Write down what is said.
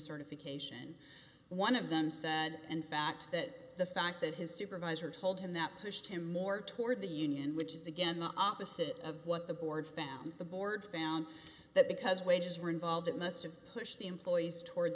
decertification one of them said in fact that the fact that his supervisor told him that pushed him more toward the union which is again the opposite of what the board found the board found that because wages were involved it must have pushed the employees toward